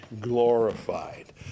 glorified